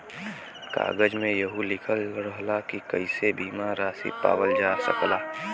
कागज में यहू लिखल रहला की कइसे बीमा रासी पावल जा सकला